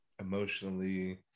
emotionally